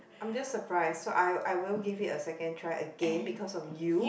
I'm just surprised so I'll I'll give it a second try again because of you